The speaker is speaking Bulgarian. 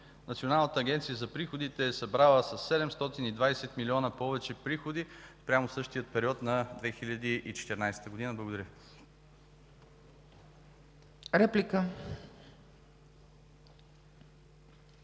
Националната агенция за приходите е събрала със 720 милиона повече приходи, спрямо същия период на 2014 г. Благодаря.